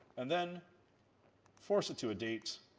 and then force it to a date,